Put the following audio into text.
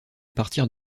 partir